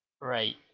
Right